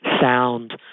sound